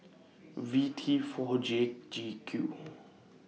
V T four J G Q